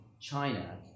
China